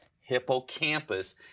hippocampus